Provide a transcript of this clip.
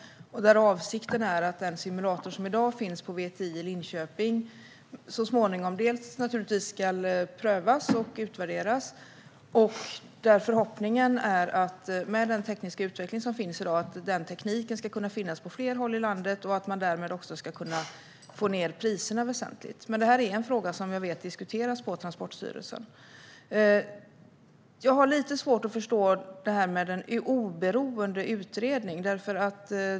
Avsikten är att den simulator som i dag finns på VTI i Linköping så småningom naturligtvis ska prövas och utvärderas. Förhoppningen är att med dagens tekniska utveckling ska denna teknik kunna finnas på fler håll i landet och att man därmed också ska kunna få ned priserna väsentligt. Det här är en fråga som jag vet diskuteras på Transportstyrelsen. Jag har lite svårt att förstå detta med en oberoende utredning.